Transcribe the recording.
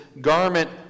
garment